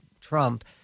Trump